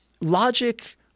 logic